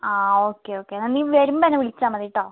അ okay okay എന്നാൽ നീ വരുമ്പോൾ എന്നെ വിളിച്ചാൽ മതി കേട്ടോ